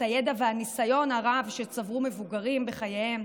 הידע והניסיון הרב שצברו מבוגרים בחייהם.